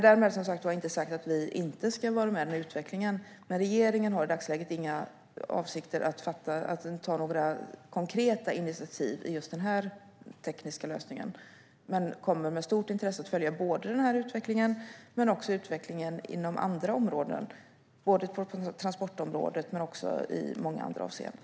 Därmed inte sagt att vi inte ska vara med i utvecklingen. Regeringen har i dagsläget inga avsikter att ta några konkreta initiativ i fråga om just den här tekniska lösningen men kommer med stort intresse att följa både den här utvecklingen och utvecklingen inom andra områden avseende transport och mycket annat.